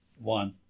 one